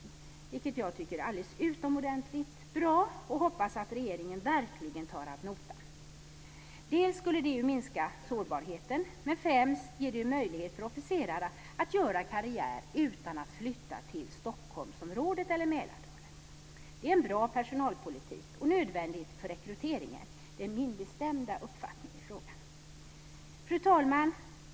Jag tycker att det är alldeles utomordentligt bra, och jag hoppas verkligen att regeringen tar detta ad notam. Dels skulle det minska sårbarheten, dels och framför allt skulle det ge möjligheter för officerare att göra karriär utan att flytta till Stockholmsområdet eller Mälardalen. Det är en bra personalpolitik och den är nödvändig för rekryteringen. Det är min bestämda uppfattning i frågan. Fru talman!